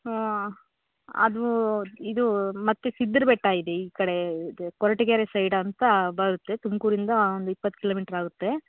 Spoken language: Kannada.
ಅದೂ ಇದು ಮತ್ತು ಸಿದ್ಧರ ಬೆಟ್ಟ ಇದೆ ಈ ಕಡೆ ಇದು ಕೊರಟಗೆರೆ ಸೈಡ್ ಅಂತ ಬರುತ್ತೆ ತುಮಕೂರಿಂದ ಒಂದು ಇಪ್ಪತ್ತು ಕಿಲೋ ಮೀಟ್ರ್ ಆಗುತ್ತೆ